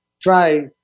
try